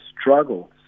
struggles